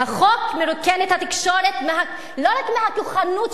החוק מרוקן את התקשורת לא רק מהכוחנות שלה,